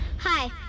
Hi